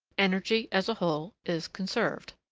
energy, as a whole, is conserved.